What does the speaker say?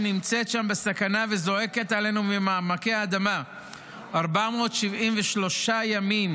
שנמצאת שם בסכנה וזועקת אלינו ממעמקי האדמה 473 ימים,